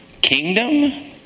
kingdom